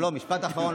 לא, משפט אחרון.